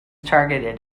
targeted